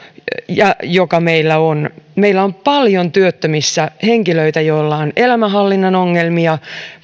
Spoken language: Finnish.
joka meillä on meillä on paljon työttömissä henkilöitä joilla on elämänhallinnan ongelmia